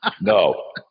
no